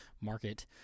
market